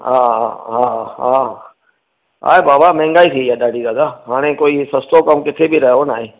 हा हा हा हा हा आहे बाबा महांगाई थी वेई आहे ॾाढी दादा हाणे कोई सस्तो कमु किथे बि रहियो नाहे